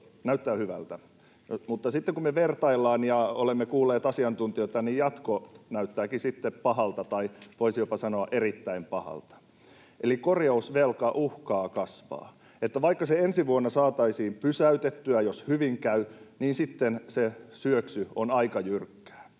näyttää hyvältä. Mutta sitten kun me vertaillaan ja olemme kuulleet asiantuntijoita, niin jatko näyttääkin sitten pahalta tai voisi jopa sanoa erittäin pahalta, eli korjausvelka uhkaa kasvaa. Vaikka se ensi vuonna saataisiin pysäytettyä, jos hyvin käy, niin sitten se syöksy on aika jyrkkää.